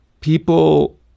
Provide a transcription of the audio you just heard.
people